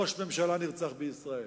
ראש ממשלה נרצח בישראל.